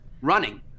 running